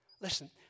Listen